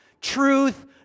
truth